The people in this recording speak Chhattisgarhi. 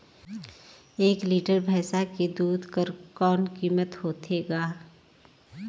एक लीटर भैंसा के दूध कर कौन कीमत होथे ग?